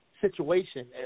situation